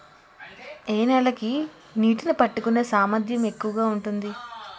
ఏ నేల కి నీటినీ పట్టుకునే సామర్థ్యం ఎక్కువ ఉంటుంది?